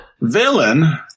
Villain